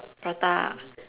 prata ah